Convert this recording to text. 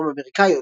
דרום אמריקאיות,